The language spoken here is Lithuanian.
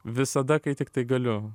visada kai tiktai galiu